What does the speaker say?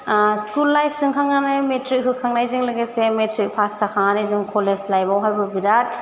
school life थांखांनानै matric होखांनायजों लोगोसे मेट्रिक पास जाखांनानै जों कलेज लाइफावबो बिराद